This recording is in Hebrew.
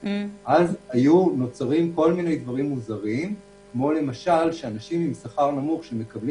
היו נוצרים כל מיני דברים מוזרים למשל שאנשים עם שכר נמוך שמקבלים